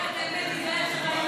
אז אני אגיד לך את האמת,